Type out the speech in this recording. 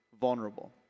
vulnerable